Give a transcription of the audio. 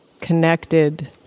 connected